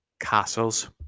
castles